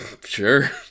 Sure